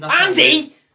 Andy